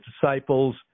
disciples